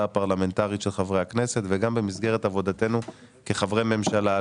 הפרלמנטרית של חברי הכנסת וגם במסגרת עבודתנו כחברי ממשלה.